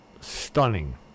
Stunning